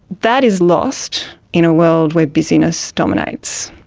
that is lost in a world where busyness dominates.